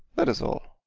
that is all.